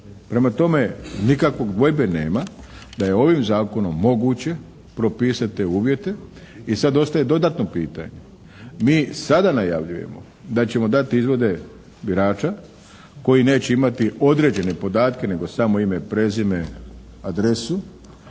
Prema tome nikakve dvojbe nema da je ovim zakonom moguće propisati te uvjete i sada ostaje dodatno pitanje, mi sada najavljujemo da ćemo dati izvode birača koji neće imati određene podatke nego samo ime, prezime, adresu